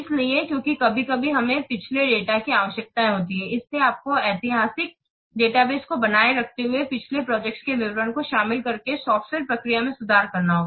इसलिए क्योंकि कभी कभी हमें पिछले डेटा की आवश्यकता होती है इसलिए आपको ऐतिहासिक डेटाबेस को बनाए रखते हुए पिछले प्रोजेक्ट्स के विवरण को शामिल करके सॉफ्टवेयर प्रक्रिया में सुधार करना होगा